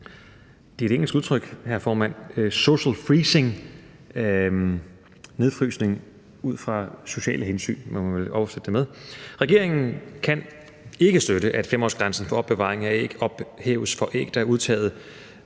det er et engelsk udtryk, hr. formand – social freezing, nedfrysning ud fra sociale hensyn, må man vel oversætte det med. Regeringen kan ikke støtte, at 5-årsgrænsen for opbevaring af æg ophæves for æg, der er udtaget